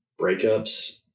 breakups